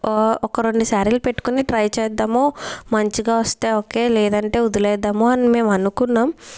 ఒక రెండు సారీలు పెట్టుకొని ట్రై చేద్దాము మంచిగా వస్తే ఓకే లేదంటే వదిలేద్దాము అని మేమనుకున్నాం